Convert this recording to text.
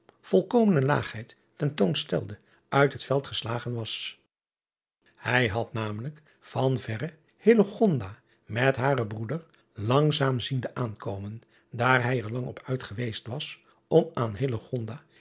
ten toon stelde uit het veld geslagen was ij had namelijk van verre met haren broeder langzaam ziende aankomen daar hij er lang op uit geweest was om aan